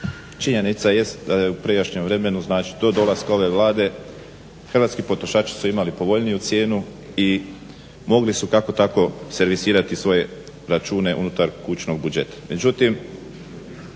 Činjenica jest da je u prijašnjem vremenu, znači do dolaska ove Vlade hrvatski potrošači su imali povoljniju cijenu i mogli su kako tako servisirati svoje račune unutar kućnog budžeta.